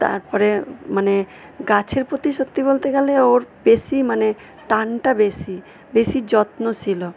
তারপরে মানে গাছের প্রতি সত্যি বলতে গেলে ওর বেশি মানে টানটা বেশি বেশি যত্নশীলও